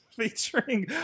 Featuring